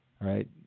right